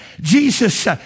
Jesus